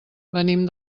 venim